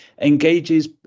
engages